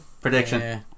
Prediction